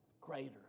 Greater